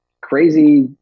crazy